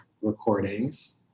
recordings